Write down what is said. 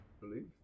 believe